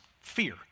fear